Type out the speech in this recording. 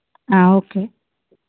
okay